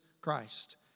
Christ